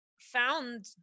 found